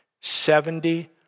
Seventy